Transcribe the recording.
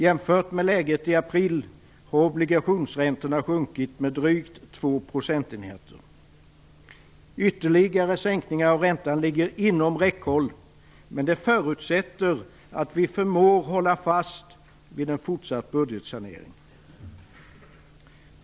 Jämfört med läget i april har obligationsräntorna sjunkit med drygt 2 procentenheter. Ytterligare sänkningar av räntan ligger inom räckhåll, men det förutsätter att vi förmår hålla fast vid en fortsatt budgetsanering.